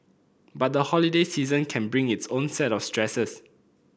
but the holiday season can bring its own set of stresses